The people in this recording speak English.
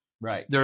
Right